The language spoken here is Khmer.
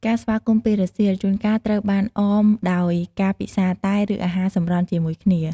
ការស្វាគមន៍ពេលរសៀល ជួនកាលត្រូវបានអមដោយការពិសារតែ ឬអាហារសម្រន់ជាមួយគ្នា។